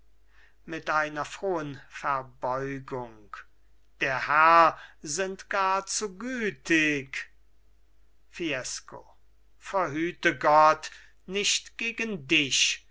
mit einer frohen verbeugung der herr sind gar zu gütig fiesco behüte gott nicht gegen dich